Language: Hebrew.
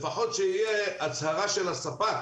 לפחות שתהיה הצהרה של הספק